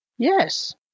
Yes